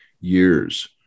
years